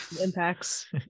impacts